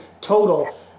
total